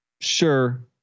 Sure